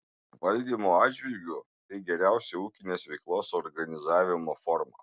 valdymo atžvilgiu tai geriausia ūkinės veiklos organizavimo forma